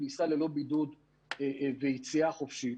כניסה ללא בידוד ויציאה חופשית,